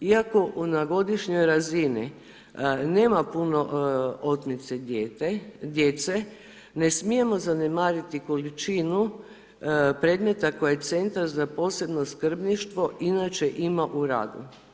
Iako u na godišnjoj razini, nema puno otmice djece, ne smijemo zanemariti količinu predmeta koje centar za posebnu skrbništvo inače ima u radu.